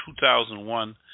2001